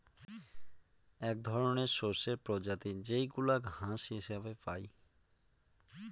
এক ধরনের শস্যের প্রজাতি যেইগুলা ঘাস হিসেবে পাই